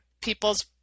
people's